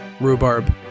rhubarb